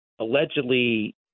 allegedly